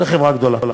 זה חברה גדולה.